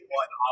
one